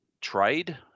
trade